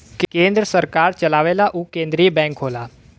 केन्द्र सरकार चलावेला उ केन्द्रिय बैंक होला